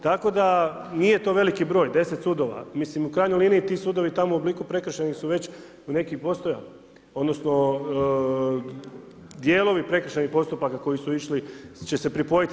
Tako da to nije veliki broj 10 sudova, mislim u krajnjoj liniji ti sudovi tamo u obliku prekršajnih su već neki i postojali odnosno dijelovi prekršajnih postupaka koji su išli će se pripojiti.